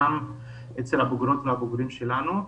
גם אצל הבוגרות והבוגרים שלנו.